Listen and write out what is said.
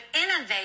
innovate